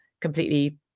completely